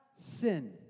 sin